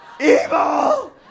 Evil